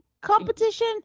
competition